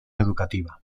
educativa